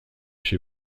chez